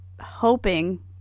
hoping